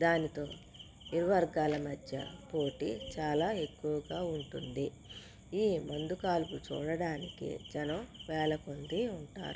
దానితో ఇరు వర్గాల మధ్య పోటీ చాలా ఎక్కువగా ఉంటుంది ఈ మందు కాల్పు చూడటానికి జనం వేల కొద్ది ఉంటారు